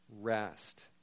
rest